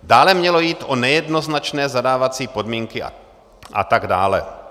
Dále mělo jít o nejednoznačné zadávací podmínky a tak dále.